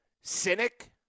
cynic